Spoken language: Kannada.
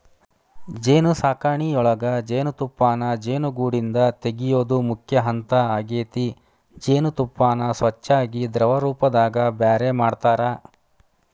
ಜೇನುಸಾಕಣಿಯೊಳಗ ಜೇನುತುಪ್ಪಾನ ಜೇನುಗೂಡಿಂದ ತಗಿಯೋದು ಮುಖ್ಯ ಹಂತ ಆಗೇತಿ ಜೇನತುಪ್ಪಾನ ಸ್ವಚ್ಯಾಗಿ ದ್ರವರೂಪದಾಗ ಬ್ಯಾರೆ ಮಾಡ್ತಾರ